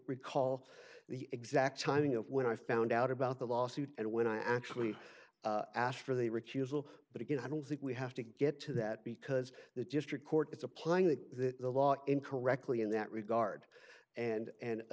recall the exact timing of when i found out about the lawsuit and when i actually asked for the recusal but again i don't think we have to get to that because the district court is applying the law incorrectly in that regard and a